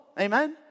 Amen